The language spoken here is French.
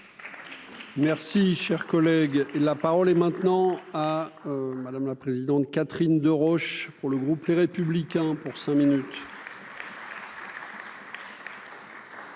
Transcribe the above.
Merci, cher collègue, la parole est maintenant à madame la présidente, Catherine Deroche pour le groupe Les Républicains pour cinq minutes.